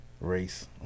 race